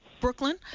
Brooklyn